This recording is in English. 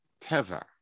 teva